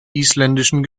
isländischen